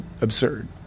absurd